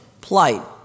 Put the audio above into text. plight